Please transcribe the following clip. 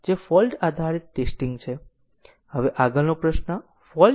હવે અહીં સેલેક્શન પણ મુશ્કેલ નથી